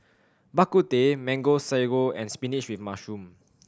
Bak Kut Teh Mango Sago and spinach with mushroom